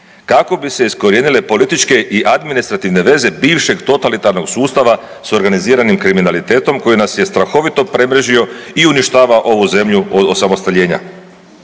kako bi se iskorijenile političke i administrativne veze bivšeg totalitarnog sustava s organiziranim kriminalitetom koji nas je strahovito prebrežio i uništavao ovu zemlju od osamostaljenja.